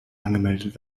angemeldet